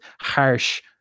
harsh